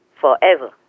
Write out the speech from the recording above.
forever